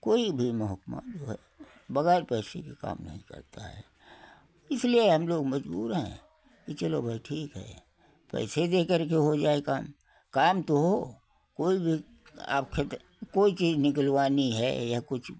कोई भी महकमा जो है वह वगैर पैसे के काम नहीं करता है इसलिए हम लोग मजबूर हैं कि चलो भई ठीक है पैसे देकर के हो जाए काम काम तो हो कोई भी आप खेत कोई चीज निकलवानी है या कुछ